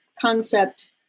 concept